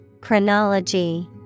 Chronology